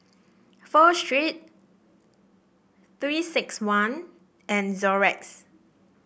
Pho Street Three six one and Xorex